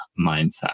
mindset